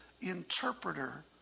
interpreter